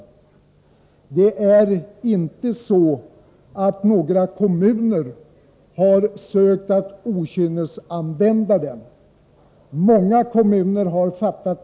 Det är inte så att några kommuner på okynne har försökt att använda lagen.